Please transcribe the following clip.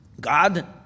God